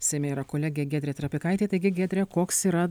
seime yra kolegė giedrė trapikaitė taigi giedre koks yra